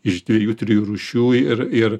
iš dviejų trijų rūšių ir ir